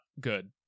good